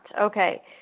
Okay